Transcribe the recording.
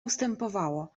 ustępowało